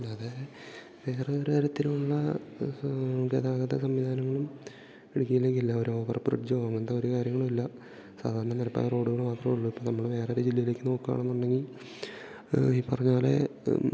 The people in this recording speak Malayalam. അല്ലാതെ വേറെ ഒര് തരത്തിലുള്ള ബസ്സുകളും ഗതാഗത സംവിധാനങ്ങളും ഇടുക്കീലേക്കില്ല ഒരു ഓവർ ബ്രിഡ്ജോ അങ്ങനത്തെ ഒര് കാര്യങ്ങളും ഇല്ല സാധാരണ നിരപ്പായ റോഡുകള് മാത്രമുള്ളു ഇപ്പം നമ്മള് വേറൊര് ജില്ലയിലേക്ക് നോക്കുകയാണെന്ന് ഉണ്ടെങ്കിൽ ഈ പറഞ്ഞ പോലെ അതും